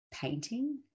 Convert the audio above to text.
painting